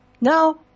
Now